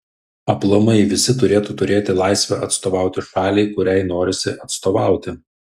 aplamai visi turėtų turėti laisvę atstovauti šaliai kuriai norisi atstovauti